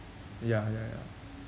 ya ya ya